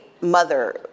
mother